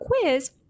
quiz